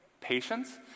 patience